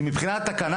כי מבחינת התקנה,